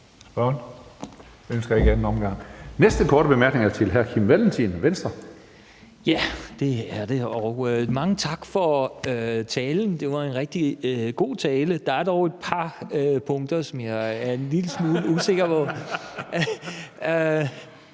næste korte bemærkning er til Kim Valentin, Venstre. Kl. 20:12 Kim Valentin (V): Ja, og mange tak for talen. Det var en rigtig god tale. Der er dog et par punkter, som jeg er en lille smule usikker på.